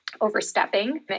overstepping